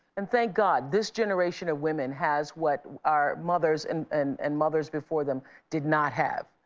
and thank god, this generation of women has, what our mothers and and and mothers before them did not have,